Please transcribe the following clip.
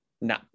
No